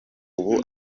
ubu